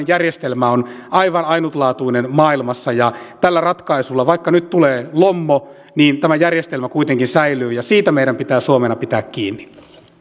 järjestelmä on aivan ainutlaatuinen maailmassa ja tällä ratkaisulla vaikka nyt tulee lommo tämä järjestelmä kuitenkin säilyy ja siitä meidän pitää suomena pitää kiinni